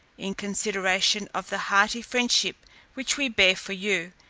in consideration of the hearty friendship which we bear for you,